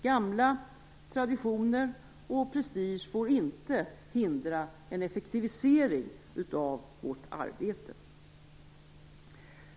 Gamla traditioner och prestige får inte hindra en effektivisering av vårt arbete.